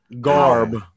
Garb